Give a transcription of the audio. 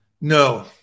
No